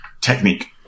technique